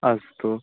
अस्तु